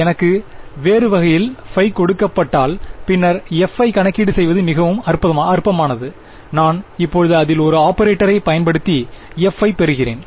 எனக்கு வேறு வகையில் கொடுக்கப்பட்டால் பின்னர் f ஐ கணக்கீடு செய்வது மிகவும் அற்பமானது நான் இப்போது அதில் ஒரு ஆப்பரேட்டரை பயன்படுத்தி f ஐ பெறுகிறேன்